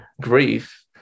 grief